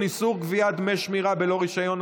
איסור גביית דמי שמירה בלא רישיון),